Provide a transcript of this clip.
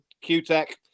Q-Tech